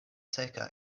seka